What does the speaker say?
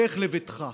לך לביתך.